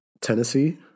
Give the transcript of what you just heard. Tennessee